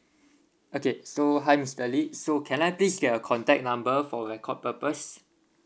okay so hi mister lee so can I please get your contact number for record purpose